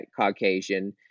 Caucasian